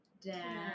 down